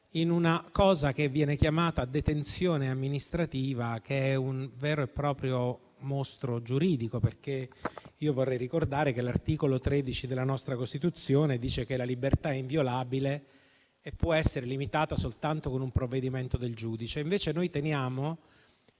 di una cosa chiamata "detenzione amministrativa", che è un vero e proprio mostro giuridico. Vorrei infatti ricordare che l'articolo 13 della nostra Costituzione dice che la libertà è inviolabile e può essere limitata soltanto con un provvedimento del giudice. Invece noi teniamo